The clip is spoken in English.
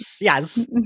Yes